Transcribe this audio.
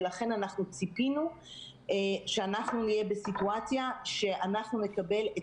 ולכן ציפינו שנהיה בסיטואציה שנקבל את